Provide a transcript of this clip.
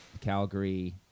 Calgary